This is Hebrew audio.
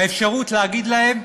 האפשרות להגיד להם: